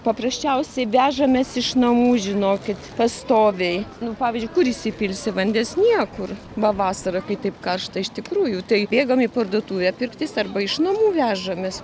paprasčiausiai vežamės iš namų žinokit pastoviai nu pavyzdžiui kur įsipilsi vandens niekur va vasarą kai taip karšta iš tikrųjų tai bėgam į parduotuvę pirktis arba iš namų vežamės